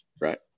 right